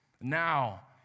now